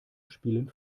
spielen